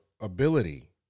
ability